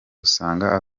usanga